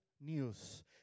news